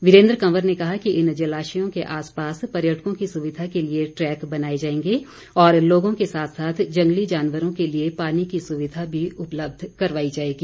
वीरेन्द्र कंवर ने कहा कि इन जलाश्यों के आस पास पर्यटकों की सुविधा के लिए दैक बनाए जाएंगे और लोगों के साथ साथ जंगली जानवरों के लिए पानी की सुविधा भी उपलब्ध करवाई जाएगी